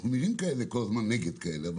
אנחנו נראים כל הזמן כאלה נגד,